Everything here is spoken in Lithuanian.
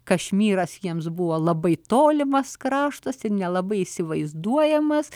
kašmyras jiems buvo labai tolimas kraštas ir nelabai įsivaizduojamas